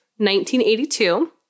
1982